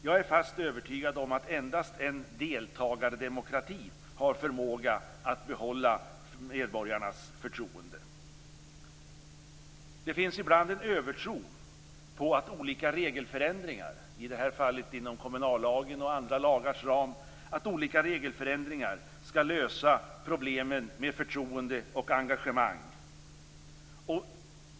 Jag är fast övertygad om att endast en deltagardemokrati har förmågan att behålla medborgarnas förtroende. Det finns ibland en övertro på att olika regelförändringar, i det här fallet inom kommunallagens och andra lagars ram, skall lösa problemen med förtroende och engagemang.